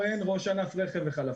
אורן, ראש ענף רכב וחלפים.